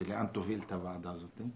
לאן להוביל את הוועדה הזאת.